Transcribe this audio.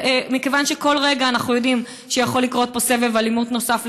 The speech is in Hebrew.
מכיוון שאנחנו יודעים שכל רגע יכול לקרות פה סבב אלימות נוסף,